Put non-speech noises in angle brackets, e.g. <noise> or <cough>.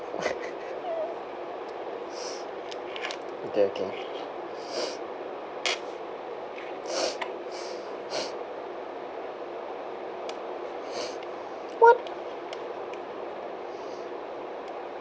<laughs> okay okay <breath> what